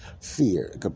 fear